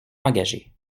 engagée